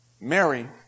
Mary